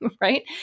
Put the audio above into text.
right